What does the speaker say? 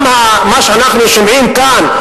גם מה שאנחנו שומעים כאן,